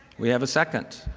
we have a second.